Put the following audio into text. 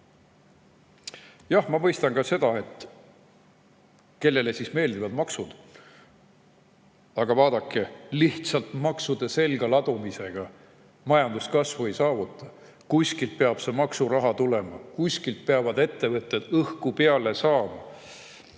Jah, ma mõistan ka [küsimust], et kellele siis ikka maksud meeldivad. Aga vaadake, lihtsalt maksude selga ladumisega majanduskasvu ei saavuta. Kuskilt peab see maksuraha tulema, kuskilt peavad ettevõtted õhku peale saama.